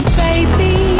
baby